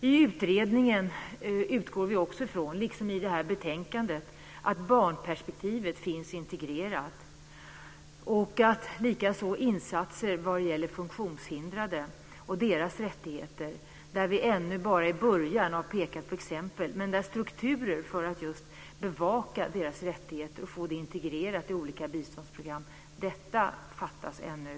I utredningen utgår vi också, liksom i det här betänkandet, från att barnperspektivet finns integrerat. Detsamma gäller insatser för funktionshindrade och deras rättigheter. Där är vi ännu bara i början och pekar på exempel. Men strukturer för att just bevaka deras rättigheter och få detta integrerat i olika biståndsprogram fattas ännu.